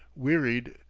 wearied,